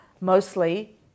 mostly